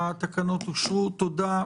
התקנות אושרו, תודה.